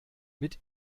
mit